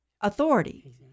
authority